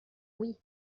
oui